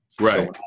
Right